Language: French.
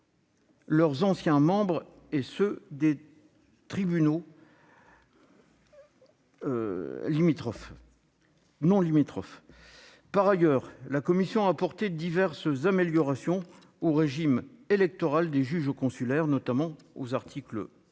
des anciens membres et ceux des tribunaux non limitrophes. Par ailleurs, la commission a apporté diverses améliorations au régime électoral des juges consulaires, aux articles 1,